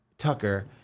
Tucker